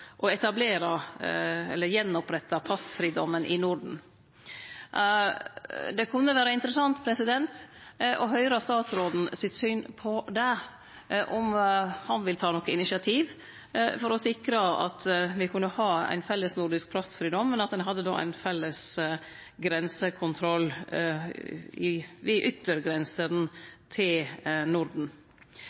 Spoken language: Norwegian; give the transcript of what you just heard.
å gjenopprette passfridomen i Norden. Det kunne vore interessant å høyre statsråden sitt syn på det – om han vil ta noko initiativ for å sikre at vi kunne ha ein felles nordisk passfridom, men med ein felles grensekontroll ved yttergrensene til Norden. Eg trur at det òg i tida framover vert viktig med eit tett samarbeid i Norden.